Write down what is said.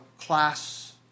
class